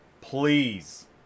please